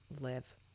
live